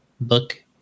book